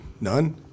None